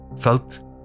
felt